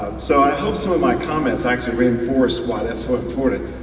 so i hope some of my comments actually reinforce why that's so important